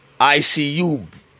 icu